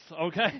okay